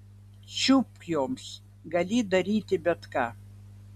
čiupk joms gali daryti bet ką